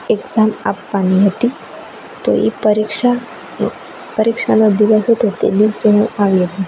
exam આપવાની હતી તો એ પરીક્ષા પરીક્ષાનો દિવસ હતો તે દિવસે હું આવી હતી